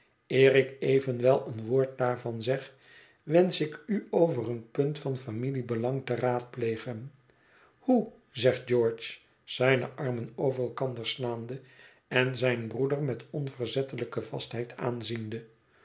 ik evenwel een woord daarvan zeg wensch ik u over een punt van familiebelang te raadplegen hoe zegt george zijne armen over elkander slaande en zijn broeder met onverzettelijke vastheid aanziende